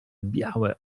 białe